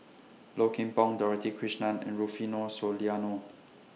Low Kim Pong Dorothy Krishnan and Rufino Soliano